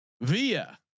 via